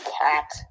cat